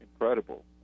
incredible